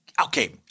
okay